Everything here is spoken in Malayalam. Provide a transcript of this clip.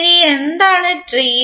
ഇനി എന്താണ് ട്രീ